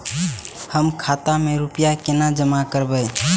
हम खाता में रूपया केना जमा करबे?